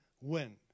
win